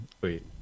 Wait